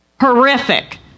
Horrific